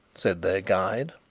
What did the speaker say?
said their guide.